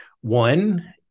One